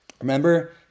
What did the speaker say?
Remember